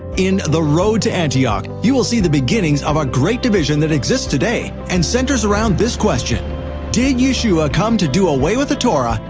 in the road to antioch, you will see the beginnings of a great division that exists today and centers around this question did yeshua come to do away with the torah,